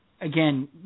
again